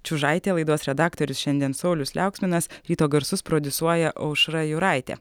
čiužaitė laidos redaktorius šiandien saulius liauksminas ryto garsus prodiusuoja aušra jūraitė